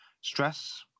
stress